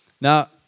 Now